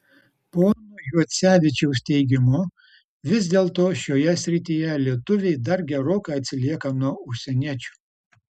pono juocevičiaus teigimu vis dėlto šioje srityje lietuviai dar gerokai atsilieka nuo užsieniečių